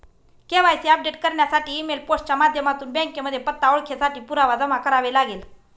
KYC update करण्यासाठी email, post च्या माध्यमातून बँकेमध्ये पत्ता, ओळखेसाठी पुरावा जमा करावे लागेल